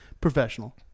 Professional